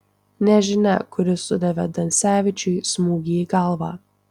nežinia kuris sudavė dansevičiui smūgį į galvą